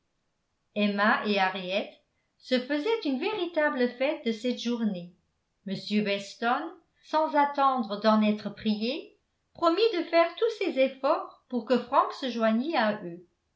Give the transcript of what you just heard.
emma et henriette se faisaient une véritable fête de cette journée m weston sans attendre d'en être prié promit de faire tous ses efforts pour que frank se joignît à eux